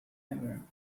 ever